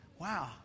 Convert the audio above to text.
wow